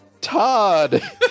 Todd